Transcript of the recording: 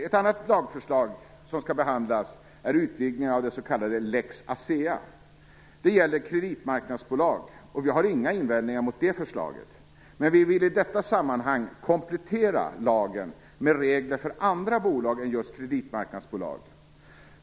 Ett annat lagförslag som skall behandlas är en utvidgning av den s.k. lex Asea. Det gäller kreditmarknadsbolag, och vi har inga invändningar mot det förslaget, men vi vill i detta sammanhang komplettera lagen med regler för andra bolag än just kreditmarknadsbolag.